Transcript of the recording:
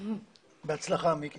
בהצלחה, מיקי.